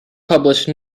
published